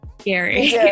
scary